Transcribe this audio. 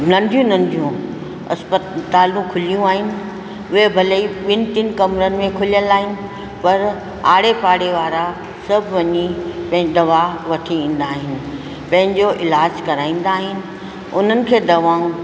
नंढियूं नंढियूं अस्पतालूं खुलियूं आहिनि उहे भले ई ॿिनि टिनि कमरनि में खुलियलु आहिनि पर आड़े पाड़े वारा सभु वञी पंहिंजी दवा वठी ईंदा आहियूं पंहिंजो इलाजु कराईंदा आहिनि उन्हनि खे दवाऊं